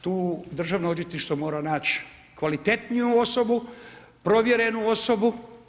Tu Državno odvjetništvo mora naći kvalitetniju osobu, provjerenu osobu.